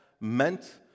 meant